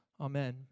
Amen